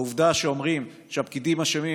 העובדה שאומרים שהפקידים אשמים,